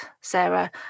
sarah